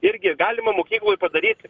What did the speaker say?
irgi galima mokykloj padaryt